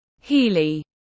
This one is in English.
Healy